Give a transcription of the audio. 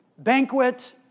Banquet